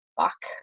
fuck